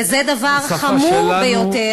וזה דבר חמור ביותר.